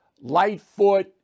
Lightfoot